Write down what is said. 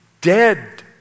dead